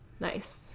Nice